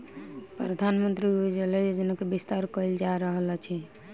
प्रधानमंत्री उज्ज्वला योजना के विस्तार कयल जा रहल अछि